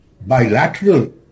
bilateral